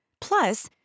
Plus